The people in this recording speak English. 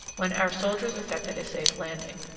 when our soldiers effected a safe landing.